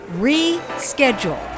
Reschedule